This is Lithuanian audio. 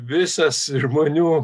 visas žmonių